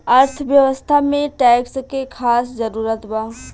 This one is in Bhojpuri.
अर्थव्यवस्था में टैक्स के खास जरूरत बा